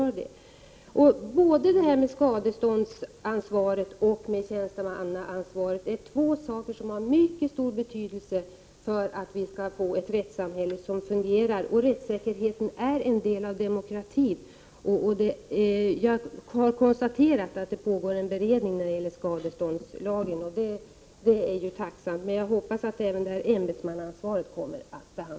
Skadeståndsansvaret och tjänstemannaansvaret är två saker som är av mycket stor betydelse för att vi skall få ett rättssamhälle som fungerar. Rättssäkerheten är en del av demokratin. Jag har konstaterat att det pågår en utredning angående skadeståndslagen. Det är tacksamt, och jag hoppas att även ämbetsmannaansvaret tas upp.